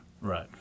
Right